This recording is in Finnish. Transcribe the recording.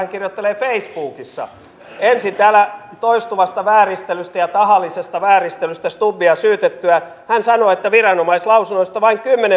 tähän kotouttamiseen pitää laittaa määrärahat ja sen takia me olemme laittaneet lausuman tästäkin pöytäkirjaan valtiovaroissa että tähän kiinnitetään huomiota